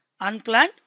unplanned